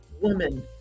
woman